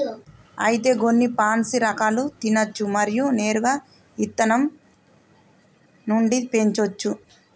అయితే గొన్ని పాన్సీ రకాలు తినచ్చు మరియు నేరుగా ఇత్తనం నుండి పెంచోచ్చు